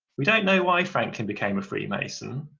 we don't know why franklin became a freemason.